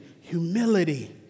humility